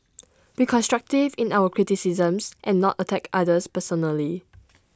be constructive in our criticisms and not attack others personally